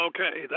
Okay